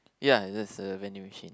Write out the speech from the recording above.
ya there's a vending machine